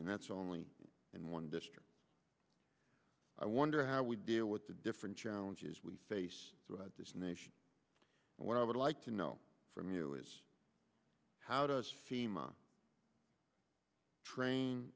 and that's only in one district i wonder how we deal with the different challenges we face throughout this nation and what i would like to know from you is how does seem a train